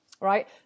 right